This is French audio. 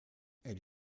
elle